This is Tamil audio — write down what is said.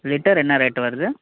லிட்டர் என்ன ரேட்டு வருது